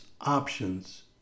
options